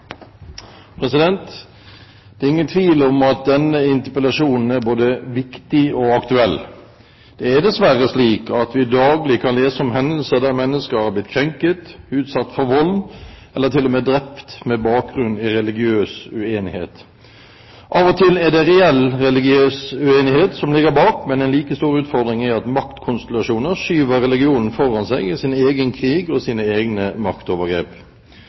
både viktig og aktuell. Det er dessverre slik at vi daglig kan lese om hendelser der mennesker er blitt krenket, utsatt for vold eller til og med drept med bakgrunn i religiøs uenighet. Av og til er det reell religiøs uenighet som ligger bak, men en like stor utfordring er at maktkonstellasjoner skyver religionen foran seg i sin egen krig og sine egne maktovergrep.